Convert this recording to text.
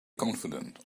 confident